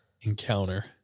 encounter